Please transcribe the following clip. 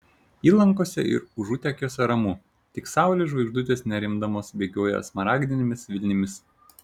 įlankose ir užutekiuose ramu tik saulės žvaigždutės nerimdamos bėgioja smaragdinėmis vilnimis